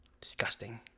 Disgusting